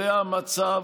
זה המצב.